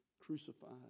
crucified